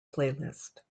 playlist